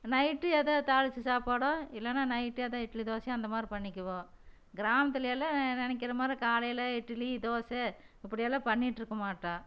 night ஏதோ தாளித்த சாப்பாடோ இல்லைன்னா நைட்டு ஏதோ இட்லி தோசையோ அந்த மாதிரி பண்ணிக்குவோம் கிராமத்தில் எல்லாம் நினைக்கிற மாதிரி காலையில் இட்லி தோசை அப்படியெல்லாம் பண்ணிக்கிட்டு இருக்க மாட்டோம்